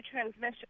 transmission